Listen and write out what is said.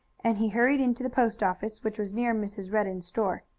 and he hurried into the post-office, which was near mrs. redden's store.